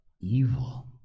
evil